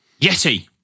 Yeti